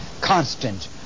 constant